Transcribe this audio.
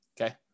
okay